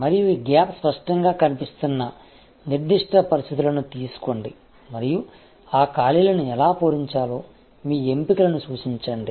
మరియు ఈ గ్యాప్ స్పష్టంగా కనిపిస్తున్న నిర్దిష్ట పరిస్థితులను తీసుకోండి మరియు ఆ ఖాళీలను ఎలా పూరించాలో మీ ఎంపికలను సూచించండి